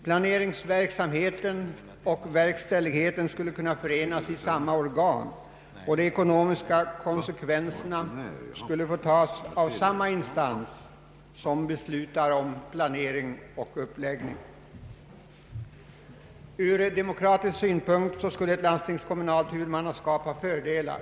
Planeringsverksamheten och verkställigheten skulle kunna förenas i samma organ, och de ekonomiska konsekvenserna skulle få tas av samma instans som beslutar om planering och uppläggning. Från demokratisk synpunkt skulle ett landstingskommunalt huvudmannaskap ha fördelar.